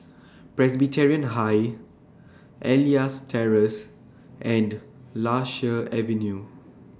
Presbyterian High Elias Terrace and Lasia Avenue